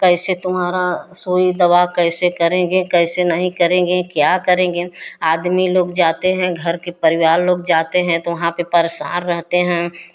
कैसे तुम्हारा सुई दवा कैसे करेंगे कैसे नहीं करेंगे क्या करेंगे आदमी लोग जाते हैं घर के परिवार लोग जाते हैं तो वहाँ पर परेशान रहते हैं